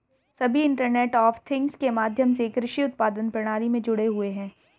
सभी internet of things के माध्यम से कृषि उत्पादन प्रणाली में जुड़े हुए हैं